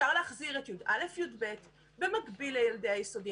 אפשר להחזיר את י"א, י"ב מקביל לילדי היסודי.